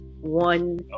one